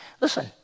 Listen